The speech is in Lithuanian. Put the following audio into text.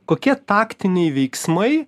kokie taktiniai veiksmai